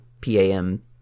PAM